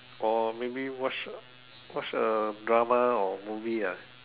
or maybe watch a watch a drama or movie ah